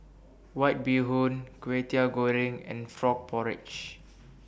White Bee Hoon Kway Teow Goreng and Frog Porridge